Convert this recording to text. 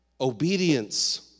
Obedience